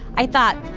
i thought,